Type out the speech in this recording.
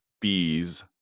bees